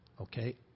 okay